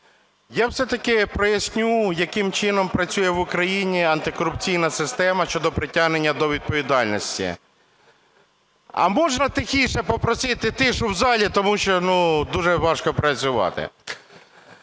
Я все-таки проясню, яким чином працює в Україні антикорупційна система щодо притягнення до відповідальності. А можна тихіше?! Попросити тишу в залі, тому що дуже важко працювати.